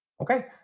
okay